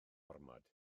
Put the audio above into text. ormod